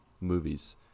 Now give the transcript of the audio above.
movies